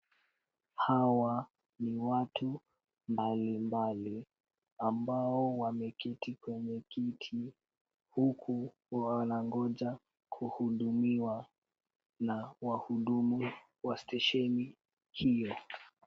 Hawa ni watu mbalimbali ambao wameketi kwenye kiti huku wanangoja kuhudumiwa na wahudumu wa stesheni hiyo.